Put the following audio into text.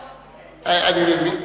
לא,